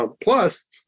Plus